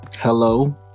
hello